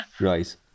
Right